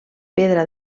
pedra